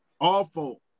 awful